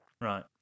Right